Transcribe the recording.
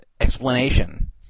explanation